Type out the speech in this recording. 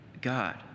God